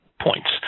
points